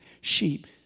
sheep